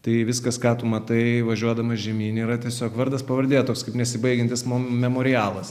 tai viskas ką tu matai važiuodamas žemyn yra tiesiog vardas pavardė toks kaip nesibaigiantis mo memorialas